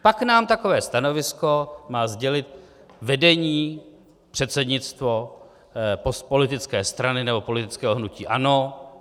Pak nám takové stanovisko má sdělit vedení, předsednictvo politické strany nebo politického hnutí ANO.